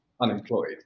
unemployed